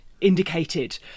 indicated